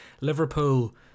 Liverpool